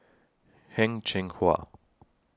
Heng Cheng Hwa